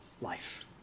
Life